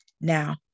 now